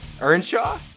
Earnshaw